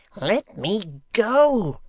let me go!